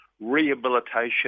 rehabilitation